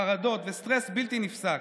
חרדות וסטרס בלתי נפסק.